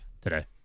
today